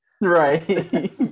Right